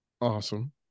awesome